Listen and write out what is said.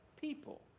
people